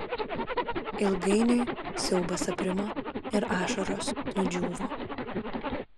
ilgainiui siaubas aprimo ir ašaros nudžiūvo